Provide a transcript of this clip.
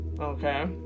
okay